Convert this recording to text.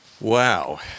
wow